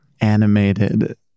animated